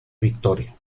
victoria